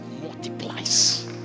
multiplies